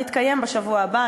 אז יתקיים בשבוע הבא,